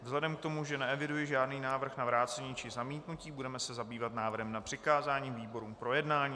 Vzhledem k tomu, že neeviduji žádný návrh na vrácení či zamítnutí, budeme se zabývat návrhem na přikázání výborům k projednání.